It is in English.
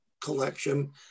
collection